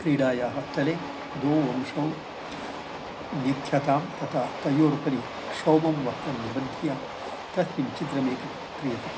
क्रीडायाः दले द्वौ वंशौ लिख्यतां तथा तयोरुपरि क्षेमं वर्धन्ते बद्धया तस्मिन् चिद्रमेकं क्रियता